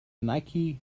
nike